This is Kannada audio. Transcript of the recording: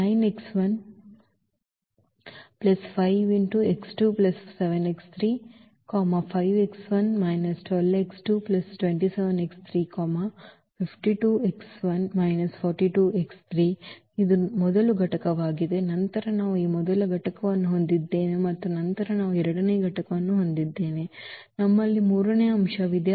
ಇದು ಮೊದಲ ಘಟಕವಾಗಿದೆ ನಂತರ ನಾವು ಈ ಮೊದಲ ಘಟಕವನ್ನು ಹೊಂದಿದ್ದೇವೆ ಮತ್ತು ನಂತರ ನಾವು ಎರಡನೇ ಘಟಕವನ್ನು ಹೊಂದಿದ್ದೇವೆ ನಮ್ಮಲ್ಲಿ ಮೂರನೇ ಅಂಶವಿದೆ